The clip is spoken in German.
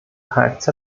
kfz